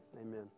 Amen